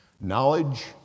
Knowledge